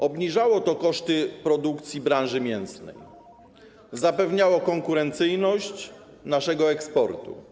Obniżało to koszty produkcji branży mięsnej, zapewniało konkurencyjność naszego eksportu.